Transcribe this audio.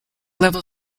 level